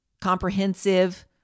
comprehensive